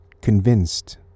convinced